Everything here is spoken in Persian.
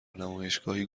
نمایشگاهی